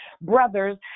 brothers